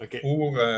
pour